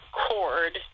cord